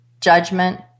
judgment